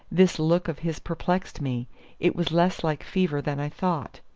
this look of his perplexed me it was less like fever than i thought.